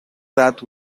that